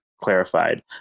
clarified